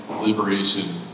liberation